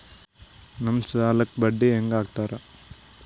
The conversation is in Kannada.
ನಮ್ ಸಾಲಕ್ ಬಡ್ಡಿ ಹ್ಯಾಂಗ ಹಾಕ್ತಾರ?